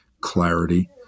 clarity